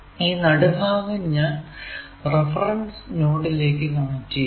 ഈ നടുഭാഗം ഞാൻ റഫറൻസ് നോഡിലേക്കു കണക്ട് ചെയ്യുന്നു